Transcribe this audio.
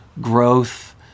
growth